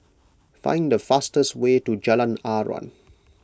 find the fastest way to Jalan Aruan